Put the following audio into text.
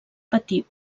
patir